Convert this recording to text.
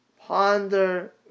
ponder